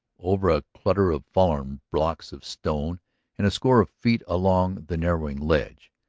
over a clutter of fallen blocks of stone and a score of feet along the narrowing ledge.